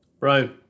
Right